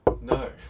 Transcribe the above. no